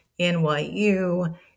NYU